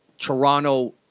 Toronto